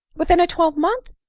within a twelvemonth!